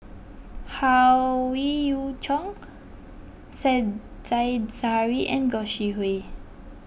Howe Yoon Chong Said Zahari and Gog Sing Hooi